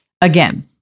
Again